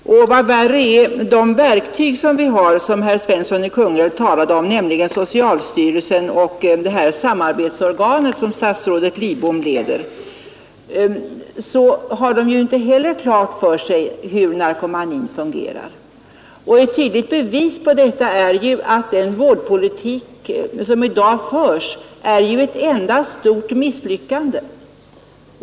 Vad värre är: inte heller de verktyg vi har och som herr Svensson i Kungälv talade om, nämligen socialstyrelsen och det samarbetsorgan som statsrådet Lidbom leder, har klart för sig hur narkomanin fungerar. Ett tydligt bevis på detta är att den vårdpolitik som i dag förs är ett enda stort misslyckande.